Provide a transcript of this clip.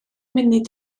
munud